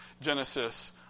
Genesis